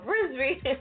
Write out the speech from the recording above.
frisbee